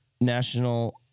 national